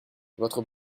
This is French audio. votre